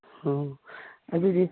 ꯑꯣ ꯑꯗꯨꯗꯤ